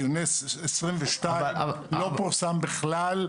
ודיוני 22' לא פורסמו בכלל.